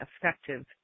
effective